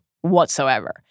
whatsoever